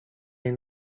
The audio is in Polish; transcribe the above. jej